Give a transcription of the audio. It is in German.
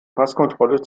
passkontrolle